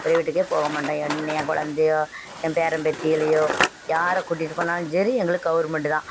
ப்ரைவேட்டுக்கே போக மாட்டோம் என் என் கொழந்தையோ என் பேரன் பேத்திகளையோ யாரை கூட்டிகிட்டு போனாலும் சரி எங்களுக்கு கவர்மெண்ட்டு தான்